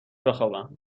بخوابم